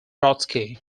brodsky